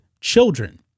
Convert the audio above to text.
children